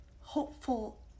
hopeful